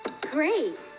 Great